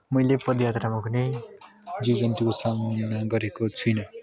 मैले पदयात्रामा कुनै जीवजन्तुको सामना गरेको छुइनँ